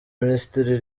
minisitiri